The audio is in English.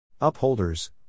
Upholders